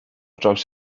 draws